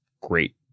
great